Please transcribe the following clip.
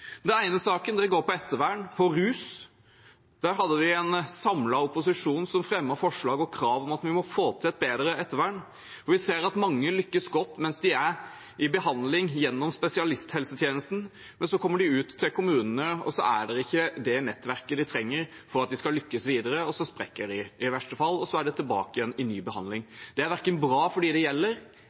Den ene saken går på ettervern og rus. Der hadde vi en samlet opposisjon som fremmet forslag og krav om å få til et bedre ettervern. Vi ser at mange lykkes godt mens de er i behandling gjennom spesialisthelsetjenesten, men så kommer de ut til kommunene, og så er ikke det nettverket der som de trenger for å lykkes videre, og så sprekker de i verste fall, og så er det tilbake i ny behandling. Det er verken bra for dem det gjelder,